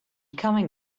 coming